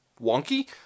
wonky